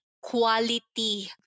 quality